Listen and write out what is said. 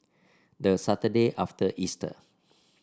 the Saturday after Easter